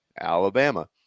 Alabama